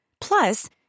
Plus